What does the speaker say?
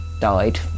died